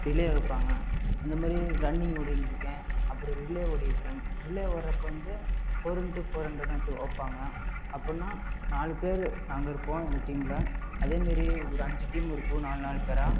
relay வைப்பாங்க அந்த மாரி ரன்னிங் ஓடியிருந்துருக்கேன் அப்புறம் ரிலே ஓடியிருக்கேன் ரிலே ஓடுகிறப்ப வந்து ஃபோர் இன்டு ஃபோர் ஹன்ட்ரட்னு வச்சு வைப்பாங்க அப்படின்னா நாலு பேரு நாங்கள் இருப்போம் எங்கள் டீமில் அதே மாரி ஒரு அஞ்சு டீம் இருக்கும் நாலு நாலு பேராக